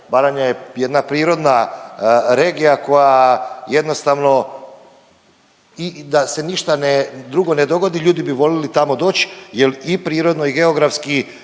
Baranja je jedna prirodna regija koja jednostavno i da se ništa drugo ne dogodi ljudi bi voljeli tamo doći jer i prirodno i geografski